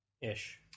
Ish